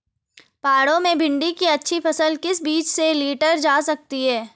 पहाड़ों में भिन्डी की अच्छी फसल किस बीज से लीटर जा सकती है?